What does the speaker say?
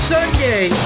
Sunday